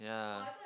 yeah